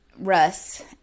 Russ